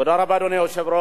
תודה רבה, אדוני היושב-ראש.